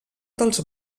dels